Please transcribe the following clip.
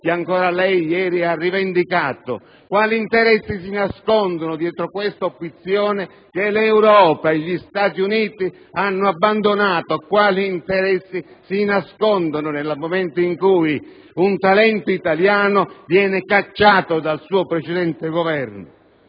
che ancora lei ieri ha rivendicato? Quali interessi si nascondono dietro questa opzione che l'Europa e gli Stati Uniti hanno abbandonato? Quali interessi si nascondono nel momento in cui un talento italiano viene cacciato dal suo precedente Governo?